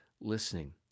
listening